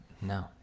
No